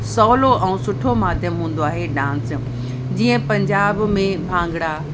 सहूलो ऐं सुठो माध्यम हूंदो आहे डांस जो जीअं पंजाब में भांगड़ा